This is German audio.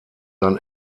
sein